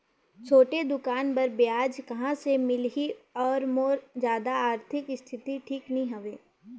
छोटे दुकान बर ब्याज कहा से मिल ही और मोर जादा आरथिक स्थिति ठीक नी हवे?